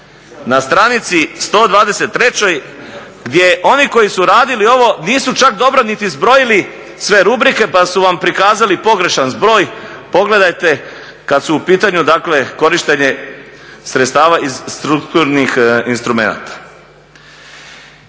na stranici 123. gdje oni koji su radili ovo nisu čak dobro niti zbrojili sve rubrike pa su vam prikazali pogrešan zbroj. Pogledajte kad su u pitanju dakle korištenje sredstava iz strukturnih instrumenata.